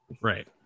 Right